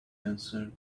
answered